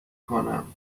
کنم